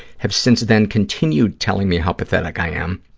have since then continued telling me how pathetic i am,